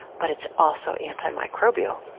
but it's also antimicrobial.